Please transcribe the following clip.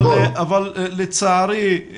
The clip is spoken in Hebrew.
אבל לצערי,